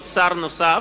שר נוסף,